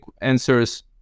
answers